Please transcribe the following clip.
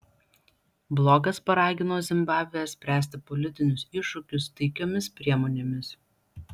blokas paragino zimbabvę spręsti politinius iššūkius taikiomis priemonėmis